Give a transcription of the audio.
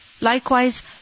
Likewise